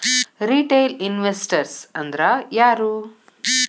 Retail investors ಅಂದ್ರಾ ಯಾರು?